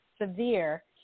severe